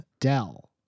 Dell